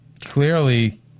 clearly